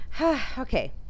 okay